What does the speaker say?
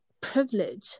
privilege